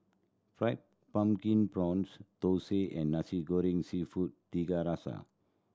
Fried Pumpkin Prawns thosai and Nasi Goreng Seafood Tiga Rasa